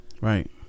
Right